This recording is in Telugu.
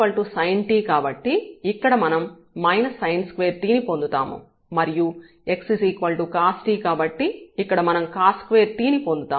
y sint కాబట్టి ఇక్కడ మనం sin2t ని పొందుతాము మరియు x cost కాబట్టి ఇక్కడ మనం cos2t ని పొందుతాము